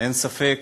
אין ספק